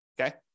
okay